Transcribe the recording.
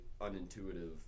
unintuitive